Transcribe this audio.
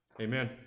Amen